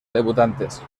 debutantes